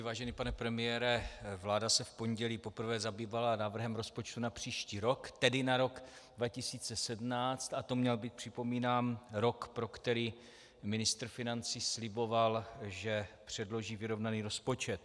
Vážený pane premiére, vláda se v pondělí zabývala návrhem rozpočtu na příští rok, tedy na rok 2017, a to měl být, připomínám, rok, pro který ministr financí sliboval, že předloží vyrovnaný rozpočet.